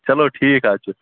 چَلو ٹھیٖک حظ چھُ